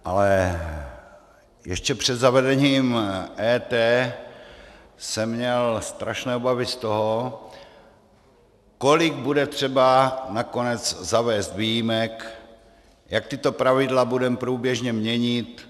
Ale ještě před zavedením EET jsem měl strašné obavy z toho, kolik bude třeba nakonec zavést výjimek, jak tato pravidla budeme průběžně měnit.